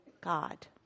God